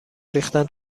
ریختن